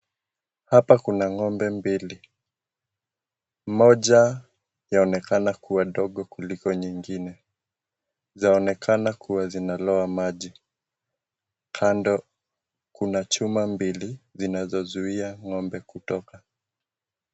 Hapa kuna ng'ombe mbili. Moja yaonekana kuwa ndogo kuliko nyingine. Zaonekana kuwa zinalowa maji. Kando kuna chuma mbili, zinazozuia ng'ombe kutoka.